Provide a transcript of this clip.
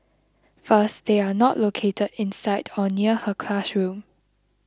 first they are not located inside or near her classroom